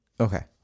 okay